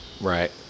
Right